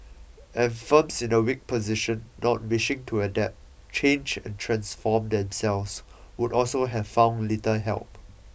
and firms in a weak position not wishing to adapt change and transform themselves would also have found little help